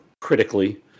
critically